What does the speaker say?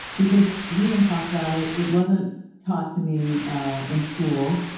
because we didn't talk about it. it wasn't taught to me in school,